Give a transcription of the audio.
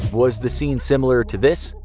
was the scene similar to this?